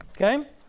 Okay